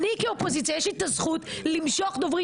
אני כאופוזיציה יש לי זכות למשוך דוברים